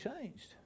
changed